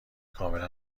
کاملا